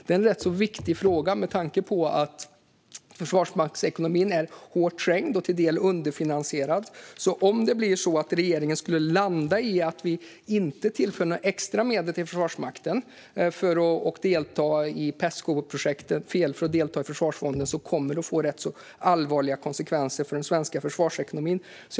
Det är en rätt viktig fråga med tanke på att Försvarsmaktens ekonomi är hårt trängd och till del underfinansierad. Om det blir så att regeringen skulle landa i att vi inte tillför några extra medel till Försvarsmakten för att delta i försvarsfonden kommer det att få ganska allvarliga konsekvenser för den svenska försvarsekonomin. Fru talman!